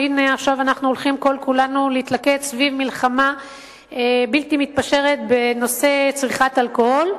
שהנה עכשיו הולכים כל-כולנו למלחמה בלתי מתפשרת בנושא צריכת אלכוהול,